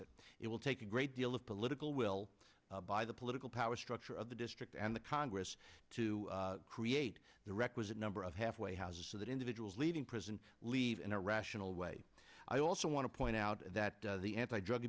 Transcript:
it it will take a great deal of political will by the political power structure of the district and the congress to create the requisite number of halfway houses so that individuals leaving prison leave in a rational way i also want to point out that the anti drug